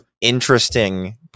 interesting